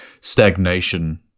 stagnation